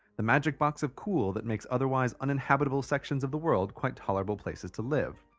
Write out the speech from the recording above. the magic box of cool that makes otherwise uninhabitable sections of the world quite tolerable places to live.